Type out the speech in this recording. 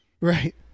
right